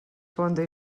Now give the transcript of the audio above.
fonda